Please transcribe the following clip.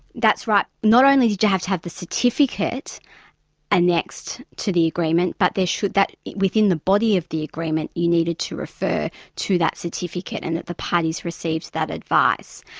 that's right not only did you have to have the certificate annexed to the agreement, but there should, that, within the body of the agreement you needed to refer to that certificate and that the parties received that advice,